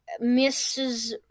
Mrs